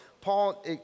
Paul